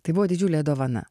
tai buvo didžiulė dovana